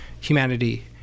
humanity